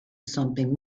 something